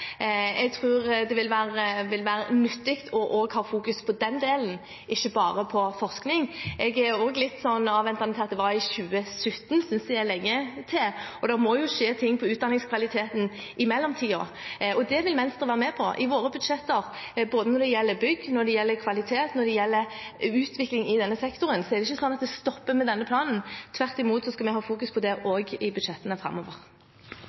jeg er for det. Jeg tror det vil være nyttig også å ha fokus på den delen, ikke bare på forskning. Jeg er litt avventende til at det var i 2017. Det synes jeg er lenge til, og det må jo skje noe med utdanningskvaliteten i mellomtiden. Og det vil Venstre være med på. I våre budsjetter, både når det gjelder bygg, når det gjelder kvalitet, og når det gjelder utvikling i denne sektoren, er det ikke sånn at det stopper med denne planen. Tvert imot skal vi ha fokus også på det i budsjettene